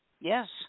Yes